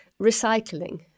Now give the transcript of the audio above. recycling